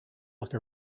like